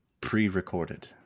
Pre-recorded